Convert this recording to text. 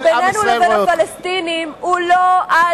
כי הוויכוח בינינו לבין הפלסטינים הוא לא על